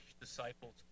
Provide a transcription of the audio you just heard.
disciples